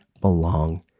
belong